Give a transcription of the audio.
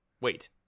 Wait